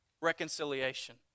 Reconciliation